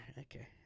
Okay